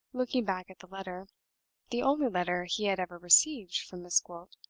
looking back at the letter the only letter he had ever received from miss gwilt.